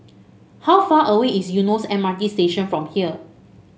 how far away is Eunos M R T Station from here